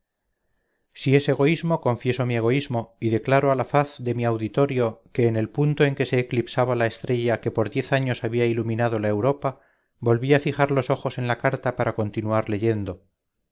si es egoísmo confieso mi egoísmo y declaro a la faz de mi auditorio que en el punto en que se eclipsaba la estrella que por diez años había iluminado la europa volví a fijar los ojos en la carta para continuar leyendo